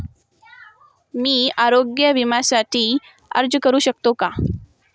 मी आरोग्य विम्यासाठी अर्ज करू शकतो का?